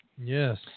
Yes